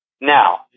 Now